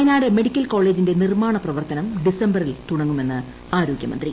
Wayanad medical ക്ടോളേജിന്റെ നിർമാണ പ്രവർത്തനം ന് ഡിസംബറിൽ തുടങ്ങുമെന്ന് ആരോഗ്യമന്ത്രി